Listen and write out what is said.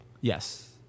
Yes